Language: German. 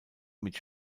mit